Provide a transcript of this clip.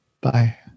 Bye